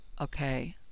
okay